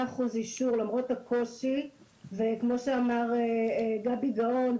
100 אחוזים אישור למרות הקושי וכמו שאמר גבי גאון,